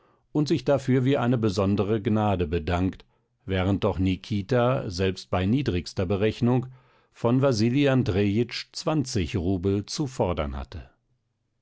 und sich dafür wie für eine besondere gnade bedankt während doch nikita selbst bei niedrigster berechnung von wasili andrejitsch zwanzig rubel zu fordern hatte